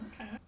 Okay